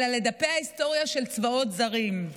אלא לדפי ההיסטוריה של צבאות זרים.